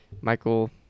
Michael